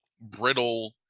brittle